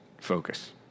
focus